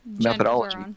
methodology